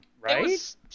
right